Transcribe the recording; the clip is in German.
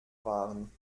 waren